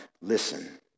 listen